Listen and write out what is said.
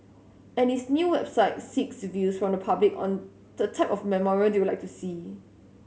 and its new website seeks views from the public on the type of memorial they would like to see